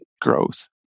growth